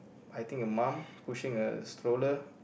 I think a mom pushing a stroller